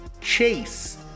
Chase